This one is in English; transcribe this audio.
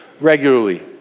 regularly